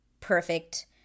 perfect